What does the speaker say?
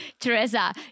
Teresa